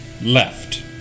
left